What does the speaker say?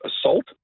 assault